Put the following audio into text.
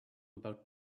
about